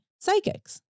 psychics